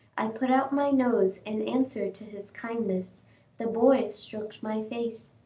i put out my nose in answer to his kindness the boy stroked my face.